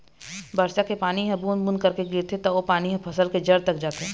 बरसा के पानी ह बूंद बूंद करके गिरथे त ओ पानी ह फसल के जर तक जाथे